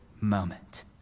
moment